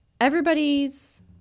everybody's